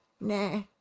nah